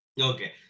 Okay